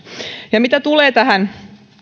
ja mitä tulee tähän